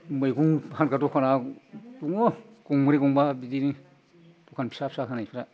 मैगं फानग्रा दखाना दङ गंब्रै गंबा बिदिनो दखान फिसा फिसा होनायफोरा